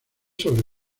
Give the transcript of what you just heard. sobre